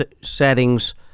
settings